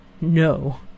No